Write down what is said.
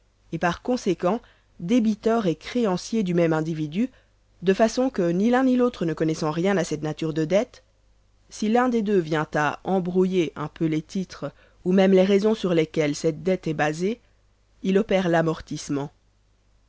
et par conséquent débiteur et créancier du même individu de façon que ni l'un ni l'autre ne connaissant rien à cette nature de dette si l'un des deux vient à embrouiller un peu les titres ou même les raisons sur lesquelles cette dette est basée il opère l'amortissement